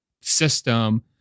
system